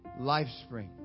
Lifespring